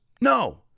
No